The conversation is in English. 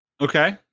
Okay